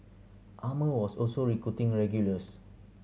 Armour was also recruiting regulars